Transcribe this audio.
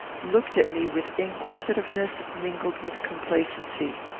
looked at me with inquisitiveness mingled with complacency.